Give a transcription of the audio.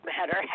matter